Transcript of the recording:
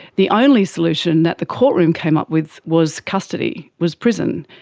the only solution that the courtroom came up with was custody, was prison,